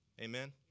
Amen